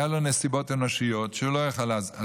היו לו נסיבות אנושיות שבגללן הוא לא יכול היה לעזוב,